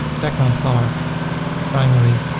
background-color primary,